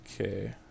Okay